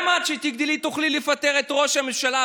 גם את כשתגדלי תוכלי לפטר את ראש הממשלה,